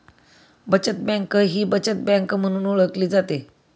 बचत बँक ही बचत बँक म्हणून ओळखली जाते